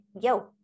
yo